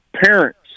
Parents